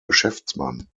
geschäftsmann